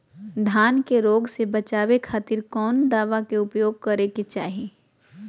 धान के रोग से बचावे खातिर कौन दवा के उपयोग करें कि चाहे?